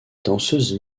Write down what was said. danseuse